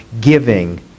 giving